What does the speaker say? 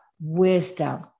wisdom